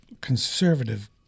conservative